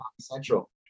Central